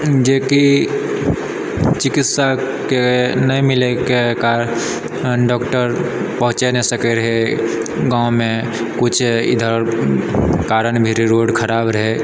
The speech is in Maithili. जेकि चिकित्साके नहि मिलैके कारण डॉक्टर पहुँचिए नहि सकै रहै गाँवमे किछु इधर कारण भी रहै रोड खराब रहै